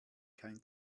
kein